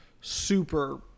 super